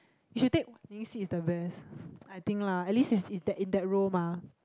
you should take Wan-Ning's seat is the best I think lah at least is in that in that row mah